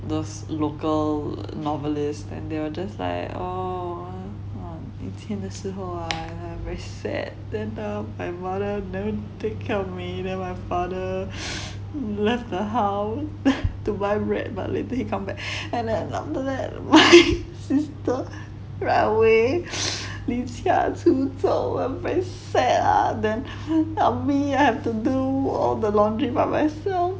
those local novelist and they'll just like oh 以前的时候啊 like very sad then my mother never take care of me then my father left her house to buy bread but later he come back and then after that my sister run away 离家出走 I'm very sad ah then I mean I will have to do all the laundry about myself